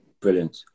Brilliant